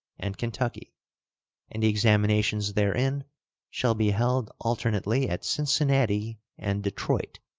and kentucky and the examinations therein shall be held alternately at cincinnati and detroit,